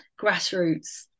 grassroots